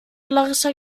larissa